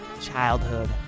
Childhood